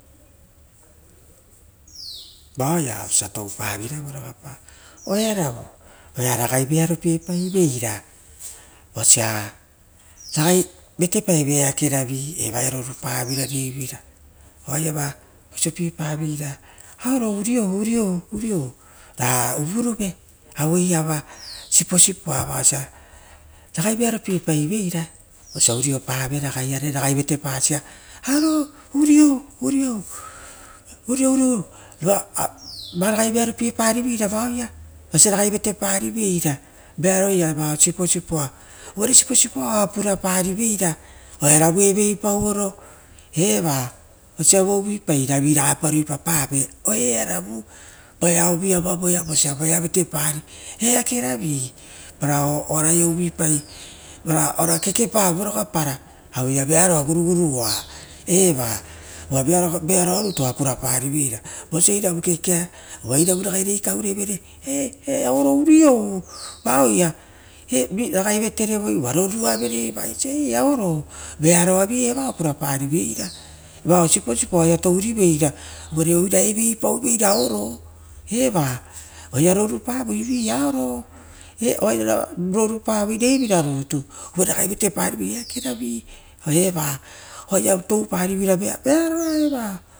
vao oa osia toupavoira oearova tapo ra ragai vearopie paiveira vosia ragui vatepa ive eakeravi. Oaia rorupaveira rara oisio purapave auro urio, urio, uriou siposipo vaoia osia umopavera ragaiva tepasio, oviou, oviou, ragaivearopie pariveira vosia uropauveira ragai vatepasa. Vearoa vao siposipoa, uvare siposipoa oa puraparaveira, uva oaravu eveipaoro iso uvupara vipa ruipapave, oearovu vosia voea vatepari eakeravi, oara ia uvuipara ora vearoa gurugunoa osia vearonitu purapari, vosia iravu kekea na iravuita ikaurevere ragaire, oi avovo urou vaoia, ragai vaterevoi va romaia oisi ie avovo, veavoavi eva puraparivera, vaoia siposipoa oaia touriveira, ova eveipauvera areo oaia rorupavoi vi'ia, oaia rorupavoi reiviranitu uvare raigaivateparivopao oisiora touparivera earoa eva.